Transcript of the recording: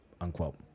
unquote